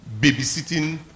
babysitting